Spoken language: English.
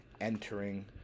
entering